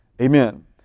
Amen